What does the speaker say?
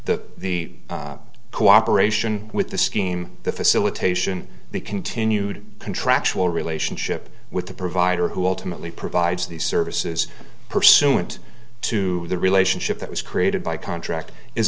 the the cooperation with the scheme the facilitation the continued contractual relationship with the provider who ultimately provides these services pursuant to the relationship that was created by contract is